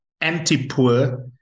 anti-poor